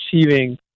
achieving